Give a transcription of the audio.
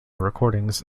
recordings